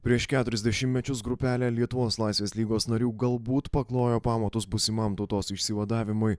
prieš keturis dešimtmečius grupelė lietuvos laisvės lygos narių galbūt paklojo pamatus būsimam tautos išsivadavimui